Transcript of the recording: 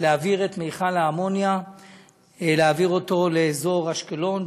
להעביר את מכל האמוניה לאזור אשקלון,